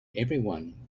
everyone